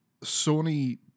Sony